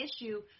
issue